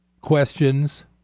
questions